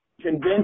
convince